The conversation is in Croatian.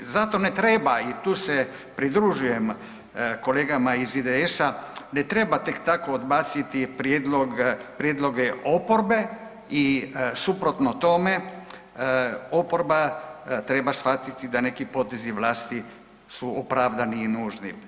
Zato ne treba i tu se pridružujem kolegama iz IDS-a, ne treba tek tako odbaciti prijedloge oporbe i suprotno tome, oporba treba shvatiti da neki potezi vlasti su opravdani i nužni.